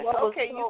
okay